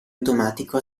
automatico